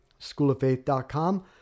schooloffaith.com